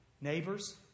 neighbors